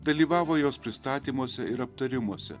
dalyvavo jos pristatymuose ir aptarimuose